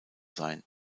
sein